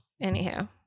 Anyhow